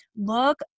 Look